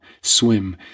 swim